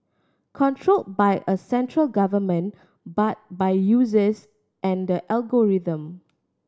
control by a central government but by users and algorithm